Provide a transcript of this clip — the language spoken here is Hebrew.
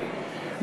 השמאל הקיצוני,